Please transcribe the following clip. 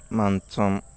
మంచం